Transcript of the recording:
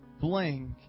blank